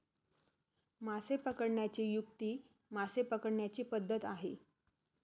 मासे पकडण्याची युक्ती मासे पकडण्याची पद्धत आहे